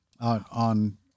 on